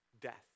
death